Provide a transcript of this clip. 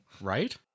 Right